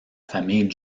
famille